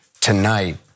tonight